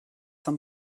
zum